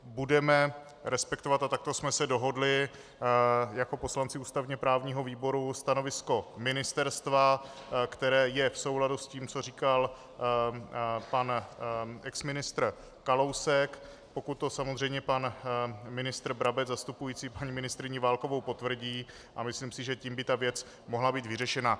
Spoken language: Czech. Budeme respektovat a takto jsme se dohodli jako poslanci ústavněprávního výboru stanovisko ministerstva, které je v souladu s tím, co říkal pan exministr Kalousek, pokud to samozřejmě pan ministr Brabec zastupující paní ministryni Válkovou potvrdí, a myslím si, že tím by ta věc mohla být vyřešena.